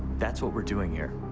that's what we're doing here.